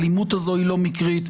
האלימות הזאת היא לא מקרית.